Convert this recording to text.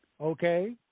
okay